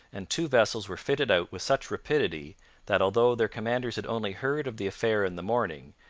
and two vessels were fitted out with such rapidity that, although their commanders had only heard of the affair in the morning,